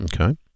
Okay